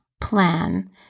plan